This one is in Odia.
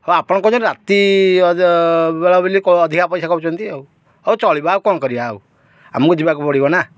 ହଉ ଆପଣ କହୁଛନ୍ତି ରାତିବେଳେ ବୋଲି ଅଧିକା ପଇସା କହୁଛନ୍ତି ଆଉ ହଉ ଚଳିବା ଆଉ କ'ଣ କରିବା ଆଉ ଆମକୁ ଯିବାକୁ ପଡ଼ିବ ନା